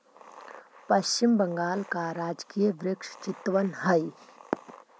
पश्चिम बंगाल का राजकीय वृक्ष चितवन हई